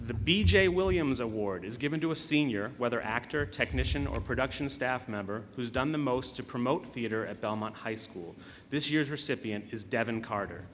the b j williams award is given to a senior whether actor technician or production staff member who's done the most to promote theater at belmont high school this year's recipient is devon carter